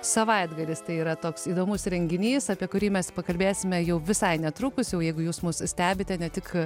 savaitgalis tai yra toks įdomus renginys apie kurį mes pakalbėsime jau visai netrukus jau jeigu jūs mus stebite ne tik